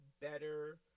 better